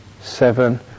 seven